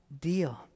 deal